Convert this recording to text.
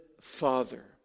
father